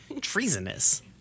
treasonous